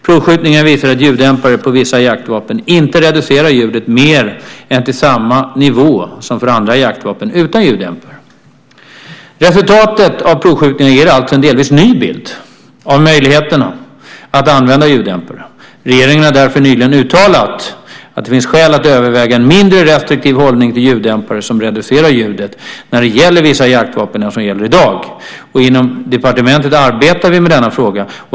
Provskjutningarna visar att ljuddämpare på vissa jaktvapen inte reducerar ljudet mer än till samma nivå som för andra jaktvapen utan ljuddämpare. Resultatet av provskjutningarna ger alltså en delvis ny bild av möjligheterna att använda ljuddämpare. Regeringen har därför nyligen uttalat att det finns skäl att överväga en mindre restriktiv hållning till ljuddämpare som reducerar ljudet när det gäller vissa jaktvapen än som gäller i dag. Inom departementet arbetar vi med denna fråga.